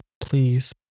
please